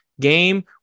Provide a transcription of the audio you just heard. game